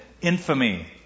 infamy